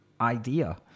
idea